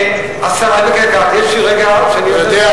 במקרה קראתי, יש, ברית,